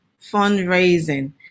fundraising